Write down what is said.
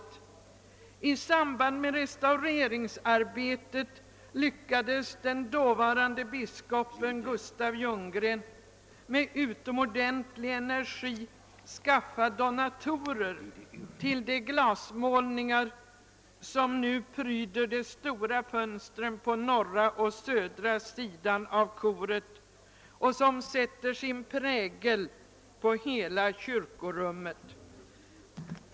I samband med restaureringsarbetet lyckades den dåvarande biskopen Gustaf Ljunggren med utomordentlig energi skaffa donatorer till de glasmålningar som nu pryder de stora fönstren på norra och södra sidan av koret och som sätter sin prägel på hela kyrkorummet.